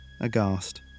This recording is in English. aghast